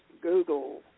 Google